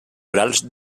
orals